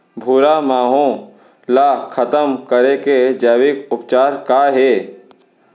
भूरा माहो ला खतम करे के जैविक उपचार का हे?